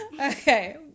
okay